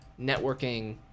networking